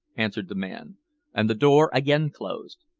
answered the man and the door again closed.